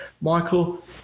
Michael